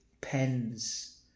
pens